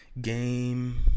Game